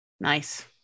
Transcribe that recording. Nice